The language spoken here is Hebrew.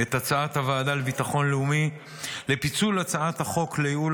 את הצעת הוועדה לביטחון לאומי לפיצול הצעת חוק לייעול